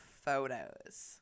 photos